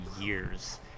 years